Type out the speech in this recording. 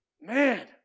Man